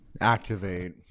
activate